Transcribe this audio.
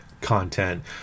content